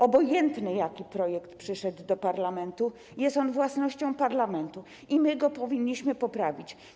Obojętne, jaki projekt przyszedł do parlamentu, jest on własnością parlamentu i my powinniśmy go poprawić.